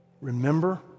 remember